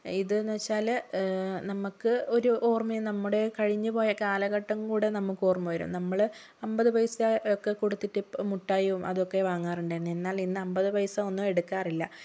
ഇതിന്ന് വെച്ചാൽ നമുക്ക് ഒരു ഓർമയാ നമ്മുടെ കഴിഞ്ഞുപോയ കാലഘട്ടം കൂടി നമുക്ക് ഓർമ്മ വരും നമ്മൾ അൻപത് പൈസ ഒക്കെ കൊടുത്തിട്ട് ഇപ്പം മിഠായിയും അതൊക്കെ വാങ്ങാറുണ്ട് എന്നാൽ ഇന്ന് അൻപത് പൈസ ഒന്നും എടുക്കാറില്ല